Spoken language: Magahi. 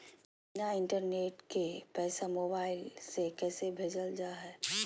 बिना इंटरनेट के पैसा मोबाइल से कैसे भेजल जा है?